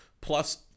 plus